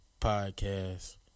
podcast